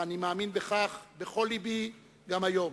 ואני מאמין בכך בכל לבי גם היום,